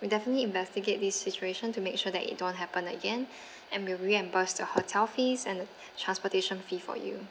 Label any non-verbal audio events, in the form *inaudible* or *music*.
will definitely investigate this situation to make sure that it don't happen again *breath* and we'll reimburse the hotel fees and the *breath* transportation fee for you